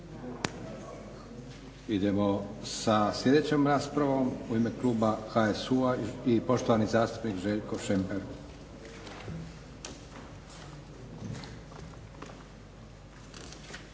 Idemo sa sljedećom raspravom u ime kluba HSU-a i poštovani zastupnik Željko Šemper.